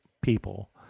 people